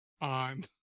on